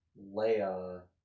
Leia